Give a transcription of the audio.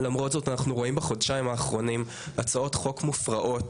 למרות זאת אנחנו רואים בחודשיים האחרונים הצעות חוק מופרעות